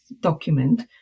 document